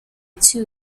too